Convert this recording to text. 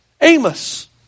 Amos